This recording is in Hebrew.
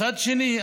ומצד שני,